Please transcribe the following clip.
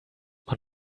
man